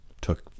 Took